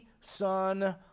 Son